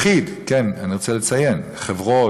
אני רוצה לציין שחברות,